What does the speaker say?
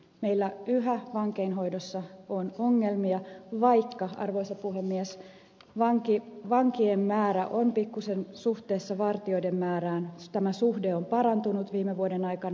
meillä yhä vankeinhoidossa on ongelmia vaikka arvoisa puhemies vankien suhde vartijoiden määrään on pikkuisen parantunut viime vuoden aikana